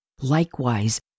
Likewise